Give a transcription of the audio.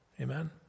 Amen